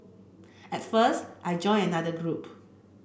at first I joined another group